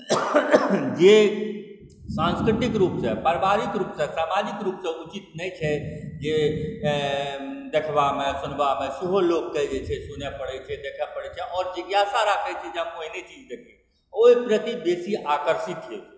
जे सांस्कृतिक रूपसँ पारिवारिक रूपसँ सामाजिक रूपसँ उचित नहि छै जे देखबामे सुनबामे सेहो लोकके जे छै से सुनए पड़ैत छै देखय पड़ैत छै आओर जिज्ञासा राखैत छै जे हम ओहने चीज देखी ओहि प्रति बेसी आकर्षित छै